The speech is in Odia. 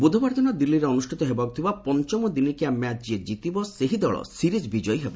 ବୁଧବାର ଦିନ ଦିଲ୍ଲୀରେ ଅନୁଷ୍ଠିତ ହେବାକୁ ଥିବା ପଞ୍ଚମ ଦିନିକିଆ ମ୍ୟାଚ୍ ଯିଏ ଜିତିବ ସେହି ଦଳ ସିରିଜ୍ ବିଜୟୀ ହେବ